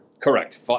Correct